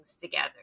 together